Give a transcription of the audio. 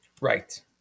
Right